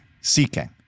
seeking